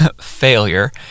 failure